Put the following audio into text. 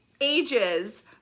ages